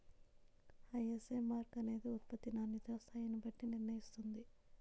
ISI mark అనేది ఉత్పత్తి నాణ్యతా స్థాయిని నిర్ణయిస్తుంది